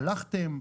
הלכתם,